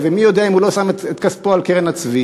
ומי יודע אם הוא לא שם את כספו על קרן הצבי,